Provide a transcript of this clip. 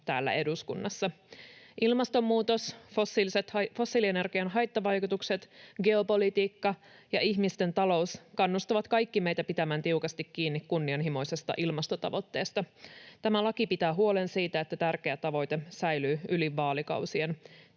täällä eduskunnassa. Ilmastonmuutos, fossiilienergian haittavaikutukset, geopolitiikka ja ihmisten talous kannustavat kaikki meitä pitämään tiukasti kiinni kunnianhimoisesta ilmastotavoitteesta. Tämä laki pitää huolen siitä, että tärkeä tavoite säilyy yli vaalikausien.